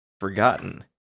forgotten